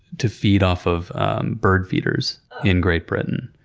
to feed off of bird feeders in great britain.